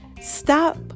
stop